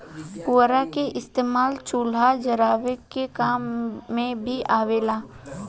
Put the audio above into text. पुअरा के इस्तेमाल चूल्हा जरावे के काम मे भी आवेला